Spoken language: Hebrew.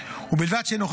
עד כאן נשמע טוב?